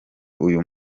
uyu